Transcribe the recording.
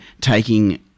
taking –